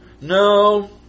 No